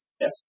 Yes